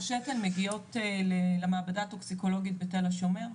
שתן מגיעות למעבדה הטוקסיקולוגית בתל השומר,